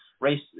race